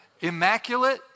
Immaculate